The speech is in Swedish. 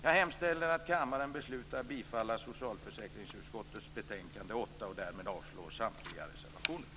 Jag hemställer att kammaren beslutar bifalla hemställan i socialförsäkringsutskottets betänkande 8 och därmed avslår samtliga reservationer.